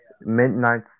midnight